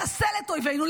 לחסל את אויבינו,